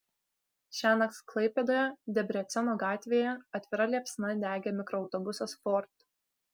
šiąnakt klaipėdoje debreceno gatvėje atvira liepsna degė mikroautobusas ford